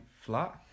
flat